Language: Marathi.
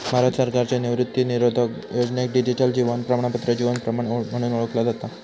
भारत सरकारच्यो निवृत्तीवेतनधारक योजनेक डिजिटल जीवन प्रमाणपत्र जीवन प्रमाण म्हणून ओळखला जाता